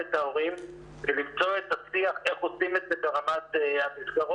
את ההורים ולמצוא את השיח איך עושים את זה ברמת המסגרות,